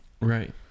Right